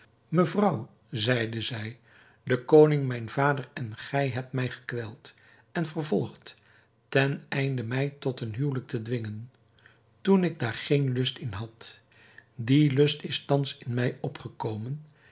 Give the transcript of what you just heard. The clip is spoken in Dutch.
mevrouw zeide zij de koning mijn vader en gij hebt mij gekweld en vervolgd ten einde mij tot een huwelijk te dwingen toen ik daar geen lust in had die lust is thans in mij opgekomen